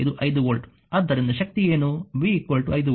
ಆದ್ದರಿಂದ ಶಕ್ತಿ ಏನು